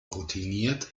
routiniert